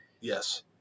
Yes